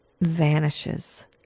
vanishes